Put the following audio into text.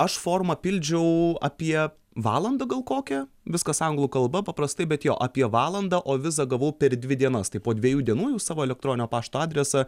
aš formą pildžiau apie valandą gal kokią viskas anglų kalba paprastai bet jo apie valandą o vizą gavau per dvi dienas tai po dviejų dienų jau į savo elektroninio pašto adresą